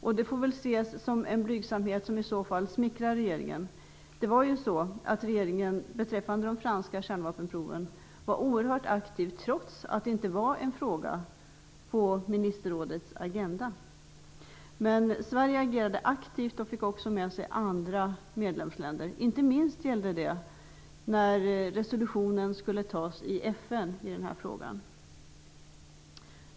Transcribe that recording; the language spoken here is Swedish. Detta får väl ses som en blygsamhet som i så fall är smickrande för regeringen. Beträffande de franska kärnvapenproven var regeringen oerhört aktiv trots att det inte var en fråga på ministerrådets agenda. Men Sverige agerade aktivt och fick också med sig andra medlemsländer, inte minst gällde det när en resolution skulle antas i FN i denna fråga.